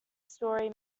story